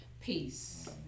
peace